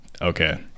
okay